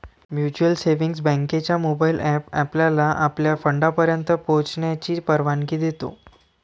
mutual savings बँकेचा mobile app आपल्याला आपल्या फंडापर्यंत पोहोचण्याची परवानगी देतो